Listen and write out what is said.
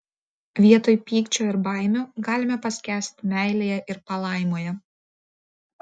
vietoj pykčio ir baimių galime paskęsti meilėje ir palaimoje